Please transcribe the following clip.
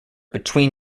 between